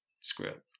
script